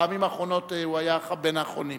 בפעמים האחרונות הוא היה בין האחרונים.